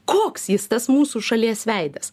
koks jis tas mūsų šalies veidas